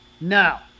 now